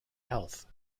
health